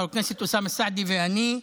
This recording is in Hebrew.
חבר הכנסת אוסאמה סעדי ואני,